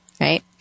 right